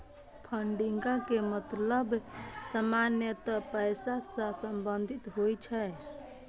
funding के मतलब सामान्यतः पैसा सं संबंधित होइ छै